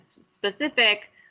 specific